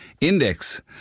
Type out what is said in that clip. Index